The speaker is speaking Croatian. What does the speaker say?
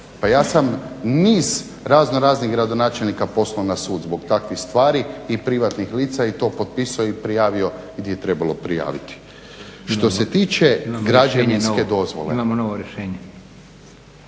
Pa ja sam niz raznoraznih gradonačelnika poslao na sud zbog takvih stvari i privatnih lica i to potpisao i prijavio gdje je trebalo prijaviti. Što se tiče građevinske dozvole,